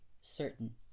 certain